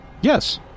Yes